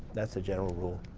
that's the general rule.